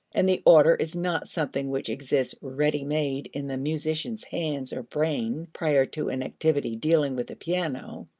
and the order is not something which exists ready-made in the musician's hands or brain prior to an activity dealing with the piano.